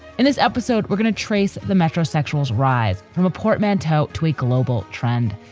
in his episode. we're going to trace the metrosexual is rise from a portmanteau tweet global trend.